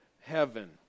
heaven